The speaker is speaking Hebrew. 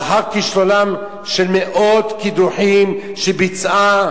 לאחר כישלונם של מאות קידוחים שביצעה